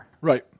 Right